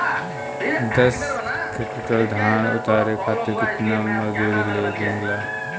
दस क्विंटल धान उतारे खातिर कितना मजदूरी लगे ला?